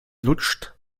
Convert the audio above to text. lutscht